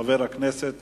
חבר הכנסת